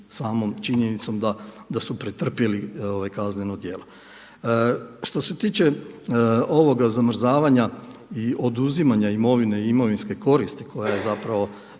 samom činjenicom da su pretrpjeli kazneno djelo. Što se tiče ovoga zamrzavanja i oduzimanja imovine i imovinske koristi koja je bila